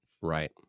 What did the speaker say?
Right